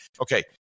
Okay